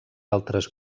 altres